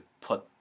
put